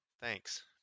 thanks